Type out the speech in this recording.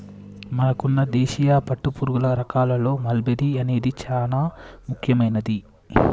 మనకున్న దేశీయ పట్టుపురుగుల రకాల్లో మల్బరీ అనేది చానా ముఖ్యమైనది